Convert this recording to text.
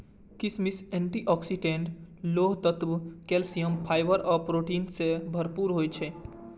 किशमिश antioxidant, लोह तत्व, कैल्सियम, फाइबर आ प्रोटीन सं भरपूर होइ छै